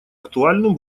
актуальным